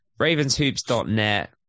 Ravenshoops.net